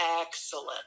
Excellent